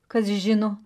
kas žino